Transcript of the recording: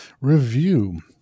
review